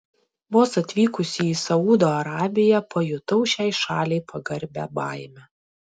vos atvykusi į saudo arabiją pajutau šiai šaliai pagarbią baimę